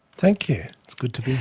thank you, it's good to be